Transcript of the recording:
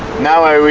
now i will